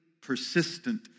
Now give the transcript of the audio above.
persistent